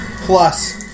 plus